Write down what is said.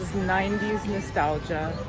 ninety s nostalgia